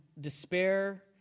despair